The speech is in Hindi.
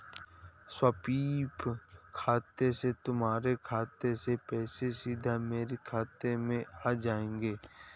स्वीप खाते से तुम्हारे खाते से पैसे सीधा मेरे खाते में आ जाएंगे